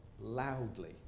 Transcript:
loudly